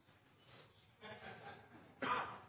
nei